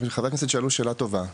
חברי הכנסת שאלו שאלה טובה.